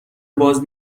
باز